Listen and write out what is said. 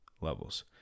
levels